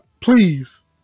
Please